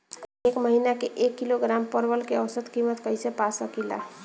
एक महिना के एक किलोग्राम परवल के औसत किमत कइसे पा सकिला?